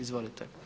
Izvolite.